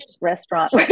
restaurant